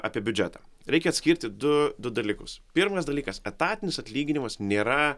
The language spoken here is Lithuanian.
apie biudžetą reikia atskirti du du dalykus pirmas dalykas etatinis atlyginimas nėra